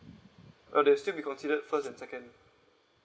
uh they'll still be considered first and second